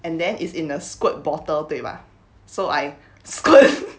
and then it's in a squirt bottle 对吧 so I squirt